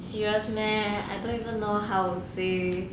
serious meh I don't even know how say